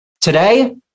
Today